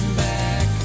back